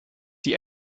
die